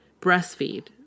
breastfeed